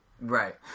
Right